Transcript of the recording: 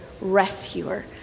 rescuer